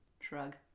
Shrug